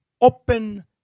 open